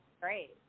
great